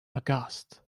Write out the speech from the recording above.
aghast